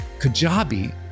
Kajabi